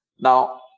now